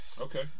okay